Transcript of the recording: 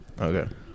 Okay